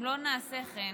אם לא נעשה כן,